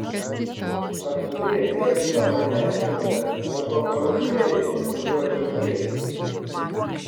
ar turi mėgstamą nesėkmę arba pralaimėjimą kuriuo džiaugiesi